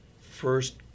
first